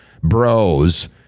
bros